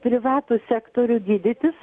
privatų sektorių gydytis